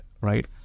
right